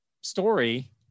story